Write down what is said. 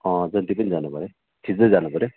अँ जन्ती पनि जानु पऱ्यो खिच्दै जानु पऱ्यो